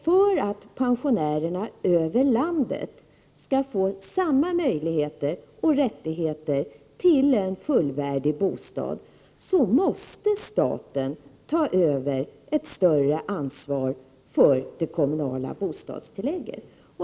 För att pensionärerna över hela landet skall få samma möjligheter och rättigheter till en fullvärdig bostad, måste staten ta över ett större ansvar för det kommunala bostadstilllägget.